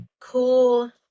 cool